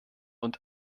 und